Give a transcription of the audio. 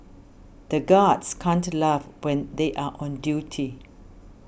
the guards can't laugh when they are on duty